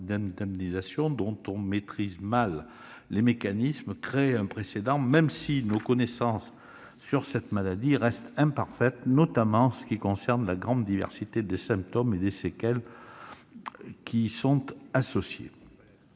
dont on maîtrise mal les mécanismes, ne sera plus nécessaire, même si nos connaissances sur cette maladie restent imparfaites, notamment en ce qui concerne la grande diversité des symptômes et des séquelles associés.